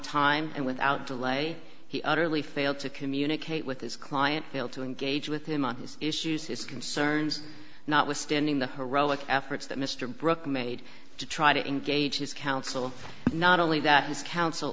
time and without delay he utterly failed to communicate with his client failed to engage with him on his issues his concerns notwithstanding the heroic efforts that mr brook made to try to engage his counsel not only that his counsel